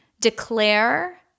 declare